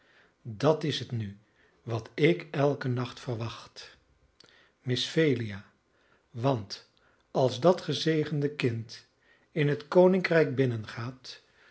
dat is het nu wat ik elken nacht verwacht miss phelia want als dat gezegende kind in het koninkrijk binnengaat